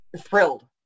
thrilled